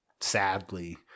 sadly